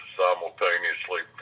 simultaneously